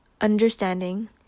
understanding